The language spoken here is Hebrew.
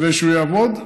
כדי שהוא יעבוד.